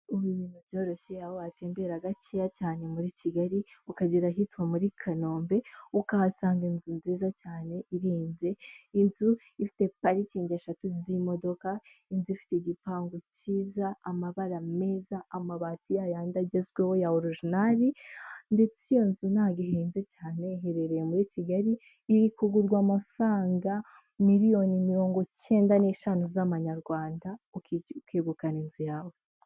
Ubu ibintu byoroshye aho atembera gakeya cyane muri Kigali, ukagera ahitwa muri Kanombe ukahasanga inzu nziza cyane, inzu ifite parikingi eshatu z'imodoka izi ifite igipangu cyiza amabara meza amabati ya yandi agezweho ya originali, ndetse iyo nzu ntabwo ihenze cyane, iherereye muri Kigali, iri kugurwa amafaranga miliyoni mirongo cyenda n'eshanu z'amanyarwanda ukigukana inzu yawe.